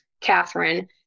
Catherine